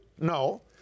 no